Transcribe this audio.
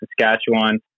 Saskatchewan